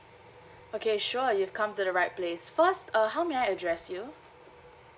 okay sure you come to the right place first uh how may I address you